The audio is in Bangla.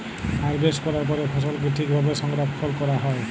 হারভেস্ট ক্যরার পরে ফসলকে ঠিক ভাবে সংরক্ষল ক্যরা হ্যয়